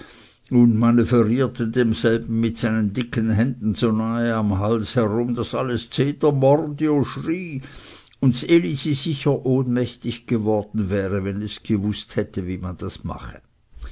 und manövrierte demselben mit seinen dicken händen so nahe am halse herum daß alles zetermordio schrie und ds elisi sicher ohnmächtig geworden wäre wenn es gewußt hätte wie man das mache